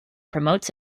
promotes